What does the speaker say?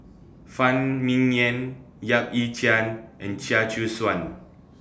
Phan Ming Yen Yap Ee Chian and Chia Choo Suan